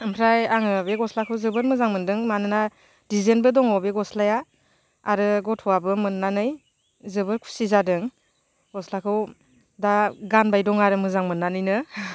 ओमफ्राय आङो बे गस्लाखौ जोबोद मोजां मोनदों मानोना डिजाइनबो दङ बे गस्लाया आरो गथ'आबो मोननानै जोबोर खुसि जादों गस्लाखौ दा गानबाय दं आरो मोजां मोननानैनो